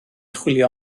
chwilio